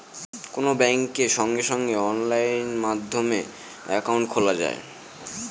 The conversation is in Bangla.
এখন ব্যাঙ্কে সঙ্গে সঙ্গে অনলাইন মাধ্যমে একাউন্ট খোলা যায়